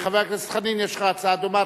חבר הכנסת חנין, יש לך הצעה דומה.